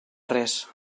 res